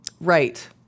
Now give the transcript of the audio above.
Right